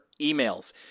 emails